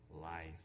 Life